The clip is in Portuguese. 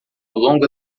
longo